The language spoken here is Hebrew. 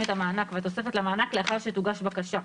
את המענק והתוספת למענק לאחר שתוגש בקשה,